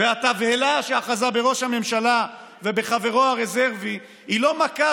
והתבהלה שאחזה בראש הממשלה ובחברו הרזרבי היא לא מכה